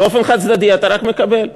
באופן חד-צדדי אתה רק מקבל.